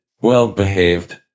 well-behaved